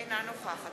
אינה נוכחת